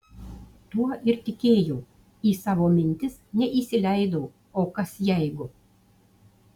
tuo ir tikėjau į savo mintis neįsileidau o kas jeigu